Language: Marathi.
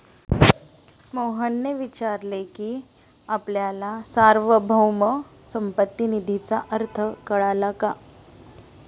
मोहनने विचारले की आपल्याला सार्वभौम संपत्ती निधीचा अर्थ कळला का?